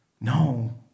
No